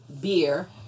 beer